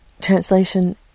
translation